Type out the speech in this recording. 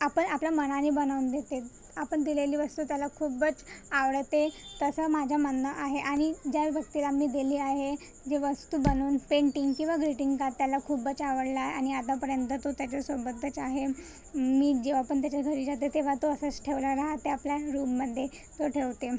आपण आपल्या मनाने बनवून देते आपण दिलेली वस्तू त्याला खूपच आवडते तसं माझं म्हणणं आहे आणि ज्या व्यक्तीला मी दिली आहे जे वस्तू बनवून पेंटींग किंवा ग्रिटींग काड त्याला खूपच आवडलं आहे आणि आतापर्यंत तो त्याच्यासोबतच आहे मी जेव्हापण त्याच्या घरी जाते तेव्हा तो असाच ठेवणारा ते आपल्या रूममध्ये तो ठेवते